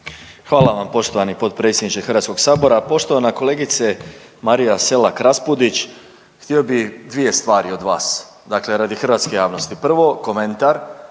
Hvala vam poštovani potpredsjedniče HS-a. Poštovana kolegice Marija SElak Raspudić htio bih dvije stvari od vas, dakle radi hrvatske javnosti. Prvo, komentar